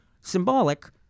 symbolic